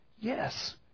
Yes